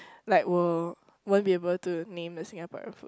like !wow! won't be able to name the Singaporean food